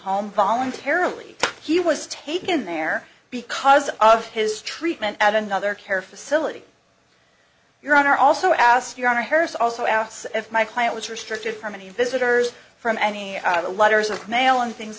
home voluntarily he was taken there because of his treatment at another care facility your honor also ask your honor harris also asked if my client was restricted from any visitors from any of the letters or mail and things